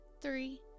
three